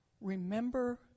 Remember